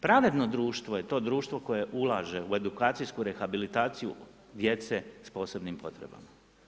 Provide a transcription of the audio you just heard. Pravedno društvo je to društvo koje ulaže u edukacijsku rehabilitaciju djece s posebnim potrebama.